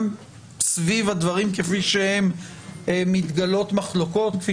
גם סביב הדברים כפי שהם מתגלות מחלוקות כפי